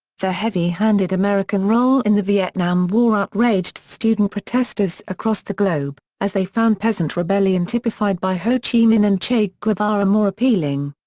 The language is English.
the heavy-handed american role in the vietnam war outraged student protestors across the globe, as they found peasant rebellion typified by ho chi minh and che guevara more appealing.